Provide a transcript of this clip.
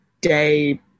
day